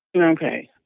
Okay